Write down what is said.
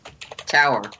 tower